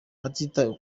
hatitawe